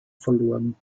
verloren